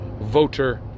voter